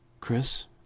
Chris